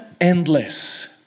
endless